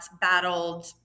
battled